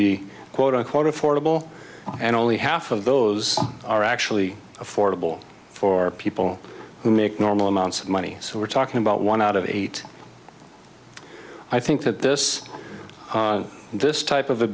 be quote unquote affordable and only half of those are actually affordable for people who make normal amounts of money so we're talking about one out of eight i think that this this type of a